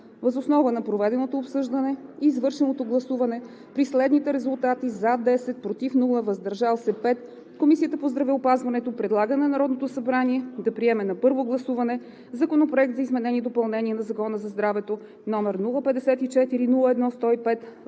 Въз основа на проведеното обсъждане и извършеното гласуване с 10 гласа „за“, без „против“ и 5 гласа „въздържал се“ Комисията по здравеопазването предлага на Народното събрание да приеме на първо гласуване Законопроект за изменение и допълнение на Закона за здравето, № 054-01-105,